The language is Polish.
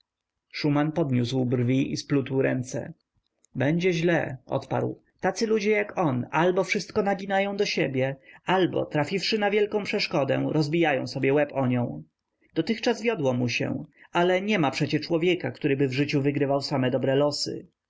szuman podniósł brwi i splótł ręce będzie źle odparł tacy ludzie jak on albo wszystko naginają do siebie albo trafiwszy na wielką przeszkodę rozbijają sobie łeb o nią dotychczas wiodło mu się ale niema przecie człowieka któryby w życiu wygrywał same dobre losy